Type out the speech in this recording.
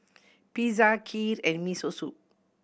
Pizza Kheer and Miso Soup